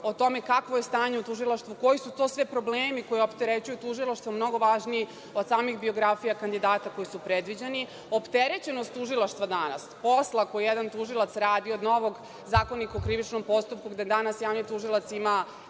o tome kakvo je stanje u tužilaštvu, koji su sve to problemi koje opterećuju tužilaštvo mnogo važniji od samih biografija kandidata koji su predviđeni. Opterećenost tužilaštva danas, posla koji jedan tužilac radi od novog Zakonika o krivičnom postupku gde danas javni tužilac ima